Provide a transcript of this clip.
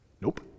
Nope